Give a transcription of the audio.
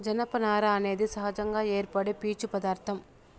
జనపనార అనేది సహజంగా ఏర్పడే పీచు పదార్ధం